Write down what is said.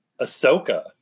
Ahsoka